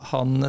Han